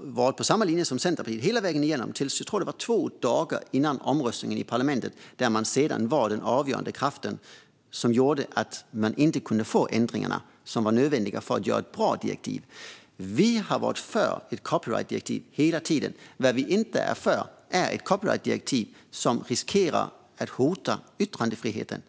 var på samma linje som Centerpartiet ända fram till två dagar före omröstningen i parlamentet då de var den avgörande kraften som gjorde att man inte kunde få igenom de ändringar som var nödvändiga för att göra ett bra direktiv. Vi har hela tiden varit för ett copyrightdirektiv. Det vi inte är för är ett copyrightdirektiv som kan hota yttrandefriheten.